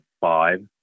five